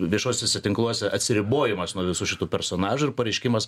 viešuosiuose tinkluose atsiribojimas nuo visų šitų personažų ir pareiškimas